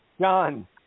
john